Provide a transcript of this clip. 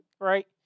right